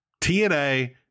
TNA